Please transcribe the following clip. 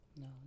No